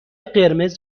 قرمز